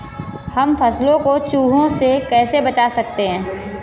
हम फसलों को चूहों से कैसे बचा सकते हैं?